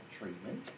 treatment